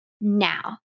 now